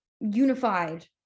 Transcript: unified